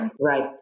right